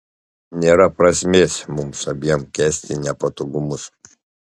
nėra prasmės mums abiem kęsti nepatogumus